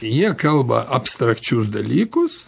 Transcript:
jie kalba abstrakčius dalykus